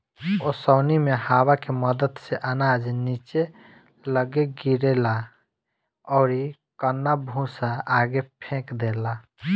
ओसौनी मे हवा के मदद से अनाज निचे लग्गे गिरेला अउरी कन्ना भूसा आगे फेंक देला